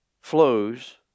flows